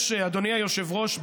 אדוני היושב-ראש,